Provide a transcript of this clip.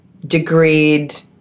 degreed